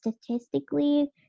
statistically